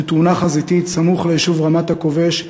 בתאונה חזיתית סמוך ליישוב רמת-הכובש,